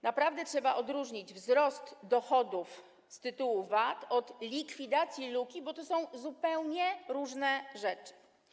Naprawdę trzeba odróżnić wzrost dochodów z tytułu VAT od likwidacji luki, bo to są zupełnie różne rzeczy.